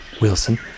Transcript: Wilson